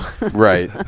Right